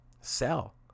sell